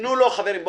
תנו לו, חברים.